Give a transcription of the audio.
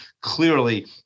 clearly